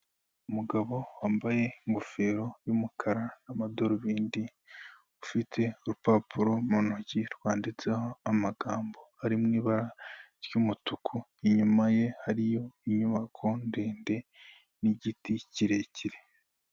Umugabo wambaye ingofero y'umukara n'amadarubindi, ufite urupapuro mu ntoki rwanditseho amagambo ari mu ibara ry'umutuku, inyuma ye hariyo inyubako ndende n'igiti kirekire.